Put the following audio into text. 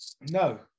No